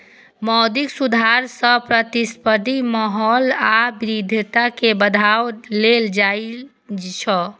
मौद्रिक सुधार सं प्रतिस्पर्धी माहौल आ विविधता कें बढ़ावा देल जाइ छै